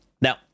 now